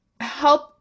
help